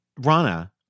Rana